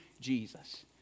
Jesus